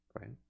right